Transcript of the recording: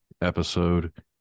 episode